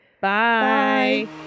Bye